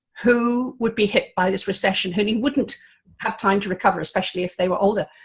who would be hit by this recession, who he wouldn't have time to recover, especially if they were older,